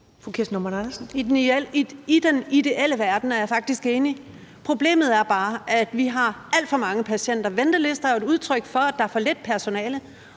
I den ideelle verden er jeg faktisk enig, men problemet er bare, at vi har alt for mange patienter. Ventelister er jo et udtryk for, at der er for lidt personale,